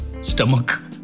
stomach